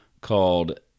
called